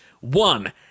One